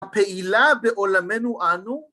פעילה בעולמנו אנו